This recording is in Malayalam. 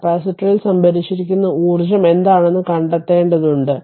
കപ്പാസിറ്ററിൽ സംഭരിച്ചിരിക്കുന്ന ഊർജ്ജം എന്താണെന്ന് കണ്ടെത്തേണ്ടതുണ്ട്